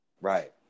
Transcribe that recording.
Right